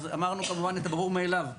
אז אמרנו כמובן את הברור מאליו,